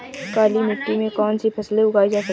काली मिट्टी में कौनसी फसलें उगाई जा सकती हैं?